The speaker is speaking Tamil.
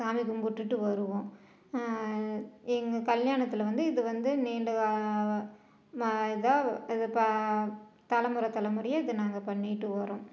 சாமி கும்பிட்டுட்டு வருவோம் எங்க கல்யாணத்தில் வந்து இது வந்து நீண்ட ம இதாக இது ப தலைமுற தலமுறையாக இது நாங்கள் பண்ணிக்கிட்டு வரோம்